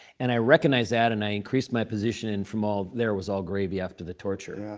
and i recognized that. and i increased my position. and from all there was all gravy after the torture. yeah